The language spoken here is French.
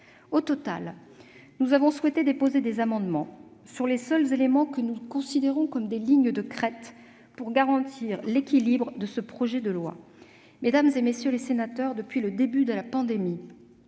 conséquent, nous avons souhaité déposer des amendements sur les seuls éléments que nous considérons comme des lignes de crête pour garantir l'équilibre de ce projet de loi. Mesdames, messieurs les sénateurs, depuis le début de la pandémie,